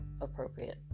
appropriate